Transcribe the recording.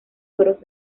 toros